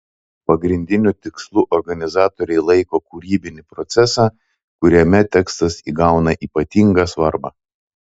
pagrindiniu tikslu organizatoriai laiko kūrybinį procesą kuriame tekstas įgauna ypatingą svarbą